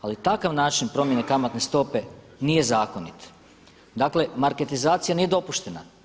Ali takav način promjene kamatne stope nije zakonit, dakle marketizacija nije dopuštena.